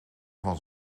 van